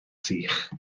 sych